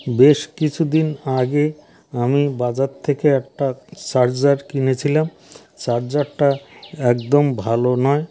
বেশ কিছু দিন আগে আমি বাজার থেকে একটা চার্জার কিনেছিলাম চার্জারটা একদম ভালো নয়